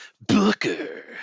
Booker